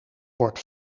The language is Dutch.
wordt